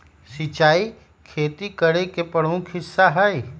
सिंचाई खेती करे के प्रमुख हिस्सा हई